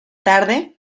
tarde